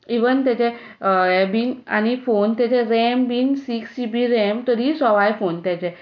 even ताजें हें बी आनी फोन ताजें रेम बी सिक्स जी बी रॅम तरी सवाय फोन ताजे सो ते खातीर